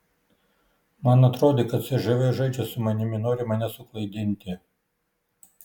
man atrodė kad cžv žaidžia su manimi nori mane suklaidinti